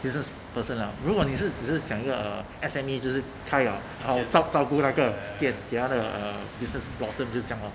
business person lah 如果你是只是整个 uh S_M_E 就是 thai ah 好 chap 照顾那个给他的 uh business blossom 就这样 lah